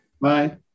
Bye